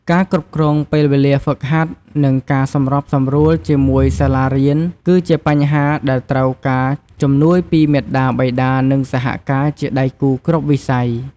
ការគ្រប់គ្រងពេលវេលាហ្វឹកហាត់ និងការសម្របសម្រួលជាមួយសាលារៀនគឺជាបញ្ហាដែលត្រូវការជំនួយពីមាតាបិតា និងសហការជាដៃគូគ្រប់វិស័យ។